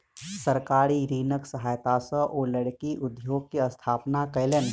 सरकारी ऋणक सहायता सॅ ओ लकड़ी उद्योग के स्थापना कयलैन